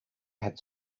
had